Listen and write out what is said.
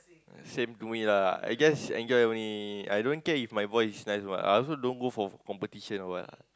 same to me lah I just enjoy only I don't care if my voice is nice what I also don't go for competition or what